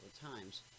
times